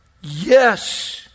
Yes